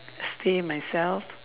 stay myself